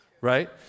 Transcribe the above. right